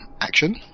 action